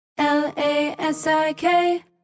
L-A-S-I-K